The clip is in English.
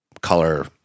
color